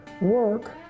work